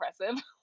impressive